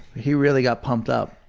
he really got pumped up.